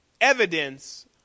evidence